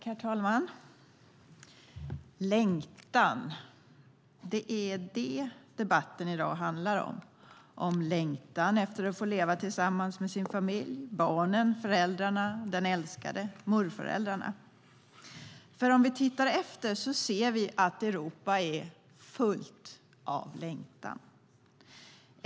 Herr talman! Längtan - det är det debatten i dag handlar om, om längtan efter att få leva tillsammans med sin familj, barnen, föräldrarna, den älskade, morföräldrarna. Om vi tittar efter så ser vi att Europa är fullt av längtan.